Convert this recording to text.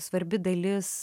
svarbi dalis